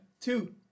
two